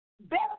Better